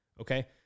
Okay